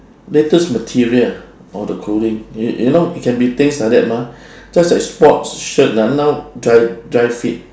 latest material or the clothing you you know it can be things like that mah just like sports shirt ah now dri dri fit